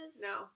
No